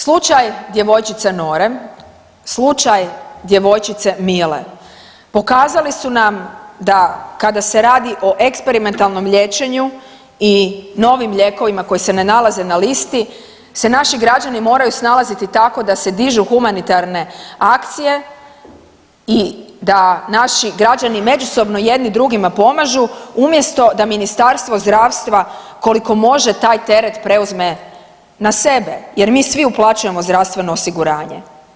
Slučaj djevojčice Nore, slučaj djevojčice Mile, pokazali su nam da kada se radi o eksperimentalnom liječenju i novim lijekovima koji se ne nalaze na listi se naši građani moraju snalaziti tako da se dižu humanitarne akcije i da naši građani međusobno jedni drugima pomažu umjesto da Ministarstvo zdravstva koliko može taj teret preuzme na sebe jer mi svi uplaćujemo zdravstveno osiguranje.